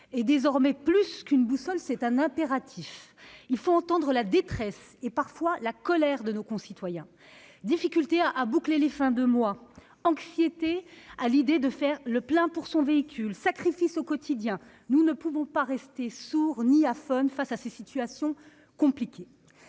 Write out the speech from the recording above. est désormais plus qu'une boussole ; c'est un impératif ! Il faut entendre la détresse et, parfois, la colère de nos concitoyens. Difficulté à boucler les fins de mois, anxiété à l'idée de faire le plein de son véhicule, sacrifices au quotidien : nous ne pouvons pas rester sourds ni aphones face à ces situations compliquées.